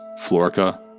Florica